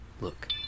Look